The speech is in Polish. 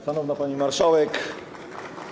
Szanowna Pani Marszałek!